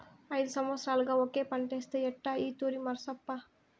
ఐదు సంవత్సరాలుగా ఒకే పంటేస్తే ఎట్టా ఈ తూరి మార్సప్పా